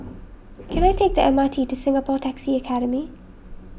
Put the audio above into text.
can I take the M R T to Singapore Taxi Academy